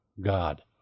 God